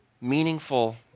meaningful